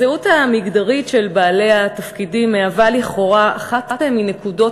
הזהות המגדרית של בעלי התפקידים מהווה לכאורה אחת מנקודות